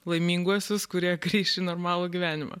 laiminguosius kurie grįš į normalų gyvenimą